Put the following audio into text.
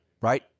right